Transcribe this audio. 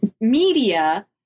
media